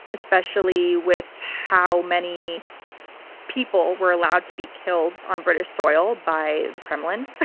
especially with how many people were allowed to be killed on british soil by the kremlin. ah